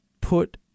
put